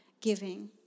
giving